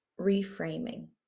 reframing